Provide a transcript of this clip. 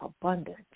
abundance